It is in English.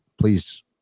please